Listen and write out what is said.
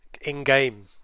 in-game